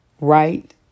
Right